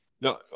No